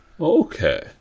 Okay